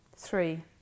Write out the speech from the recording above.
three